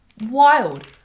Wild